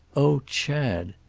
oh chad!